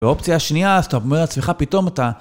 ואופציה שנייה, אז אתה אומר לעצמך, פתאום אתה...